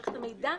מערכת המידע,